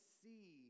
see